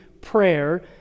prayer